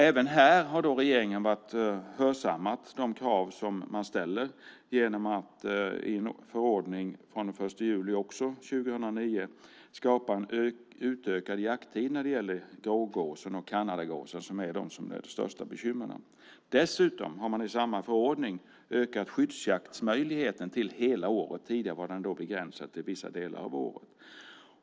Även här har regeringen hörsammat de krav som man ställer genom att i en förordning från den 1 juli 2009 skapa en utökad jakttid när det gäller grågåsen och kanadagåsen, som är de största bekymren. Dessutom har man i samma förordning ökat skyddsjaktsmöjligheten till hela året. Tidigare var den begränsad till vissa delar av året.